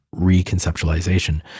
reconceptualization